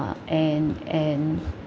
and and